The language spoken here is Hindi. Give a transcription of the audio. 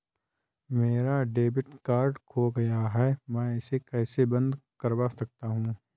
मेरा डेबिट कार्ड खो गया है मैं इसे कैसे बंद करवा सकता हूँ?